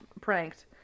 pranked